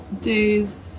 days